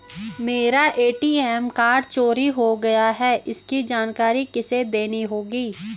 मेरा ATM card चोरी हो गया है इसकी जानकारी किसे देनी होगी?